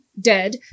dead